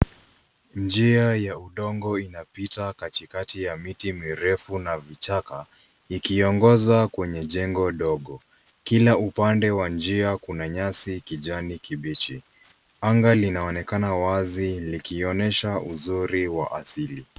Njia ya udongo inapita katikati ya miti mirefu na vichaka, ikiongoza kwenye jengo dogo. Kila upande wa njia kuna nyasi kijani kibichi. Anga linaonekana wazi, likionyesha uzuri wa asili.